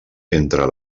entre